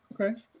Okay